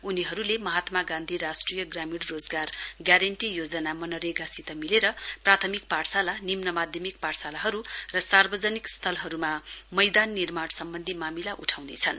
उनीहरूले महात्मा गान्धी राष्ट्रिय ग्रामीण रोजगार ग्यारेण्टी योजना मनरेगासित मिलेर प्राथमिक पाठशाला निम्न माध्यमिक पाठशालाहरू र सार्वजनिक स्थलहरूमा मैदान निर्माण सम्वन्धी मामिला उठाउनेछन्